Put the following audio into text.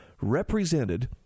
represented